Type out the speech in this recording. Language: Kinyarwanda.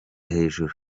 hejuru